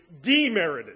demerited